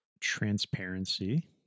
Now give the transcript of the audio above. Transparency